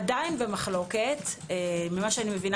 עדיין במחלוקת לפי מה שאני מבינה